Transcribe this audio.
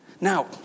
Now